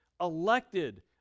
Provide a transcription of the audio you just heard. elected